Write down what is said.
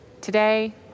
Today